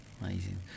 amazing